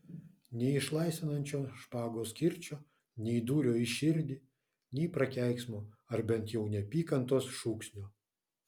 nei išlaisvinančio špagos kirčio nei dūrio į širdį nei prakeiksmo ar bent jau neapykantos šūksnio